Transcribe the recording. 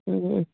ꯎꯝ ꯎꯝ